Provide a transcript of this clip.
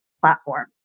platform